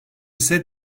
ise